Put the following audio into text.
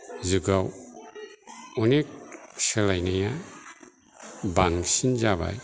जुगाव अनेक सोलायनाया बांसिन जाबाय